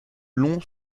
long